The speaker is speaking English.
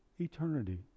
eternity